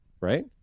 right